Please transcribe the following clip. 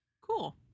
Cool